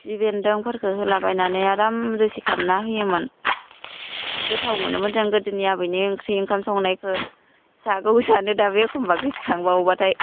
खिफि बेन्दोंफोरखौ होला बायनानै आराम रोसि खालामना होयोमोन गोथाव मोनोमोन जों गोदोनि आबैनि ओंख्रि ओंखाम संनायखो जागौ सानो दाबो एखम्बा गोसोखांबावब्लाथाय